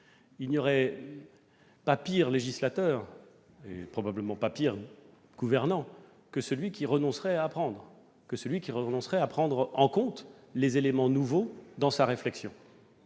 il n'y aurait pas pire législateur, et probablement pas pire gouvernant, que celui qui renoncerait à apprendre, à prendre en compte les éléments nouveaux dans sa réflexion.